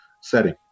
setting